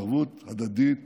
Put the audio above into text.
ערבות הדדית